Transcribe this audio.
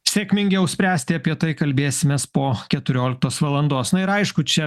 sėkmingiau spręsti apie tai kalbėsimės po keturioliktos valandos na ir aišku čia